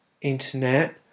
internet